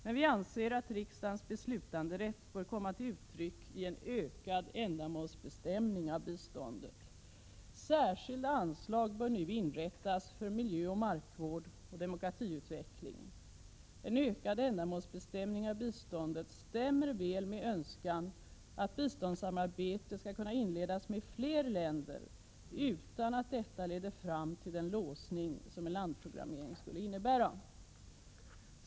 Men vi anser att riksdagens beslutanderätt bör komma till uttryck i en ökad ändamålsbestämning av biståndet. Särskilda anslag bör inrättas för miljöoch markvård samt demokratisk utveckling. En ökad ändamålsbestämning av biståndet stämmer väl med önskan att biståndssamarbete skall kunna inledas med fler länder utan att detta leder fram till den låsning som en landprogrammering skulle innebära.